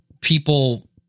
people